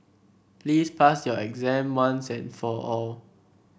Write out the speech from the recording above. please pass your exam once and for all